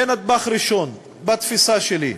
זה נדבך ראשון בתפיסה שלי.